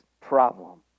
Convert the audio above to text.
problem